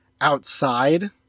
outside